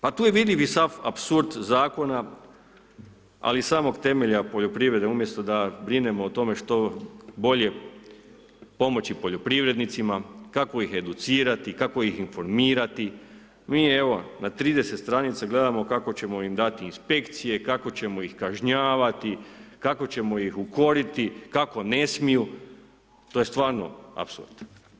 Pa tu je vidljivi sav apsurd zakona ali i samog temelja poljoprivrede, umjesto da brinemo o tome što bolje pomoći poljoprivrednicima, kako ih educirati, kako ih informirati, mi evo na 30 stranica gledamo kako ćemo im dati inspekcije, kako ćemo ih kažnjavati, kako ćemo ih ukoriti, kako ne smiju, to je stvarno apsurd.